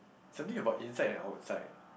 something about inside and outside